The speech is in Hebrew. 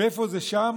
ואיפה זה שם?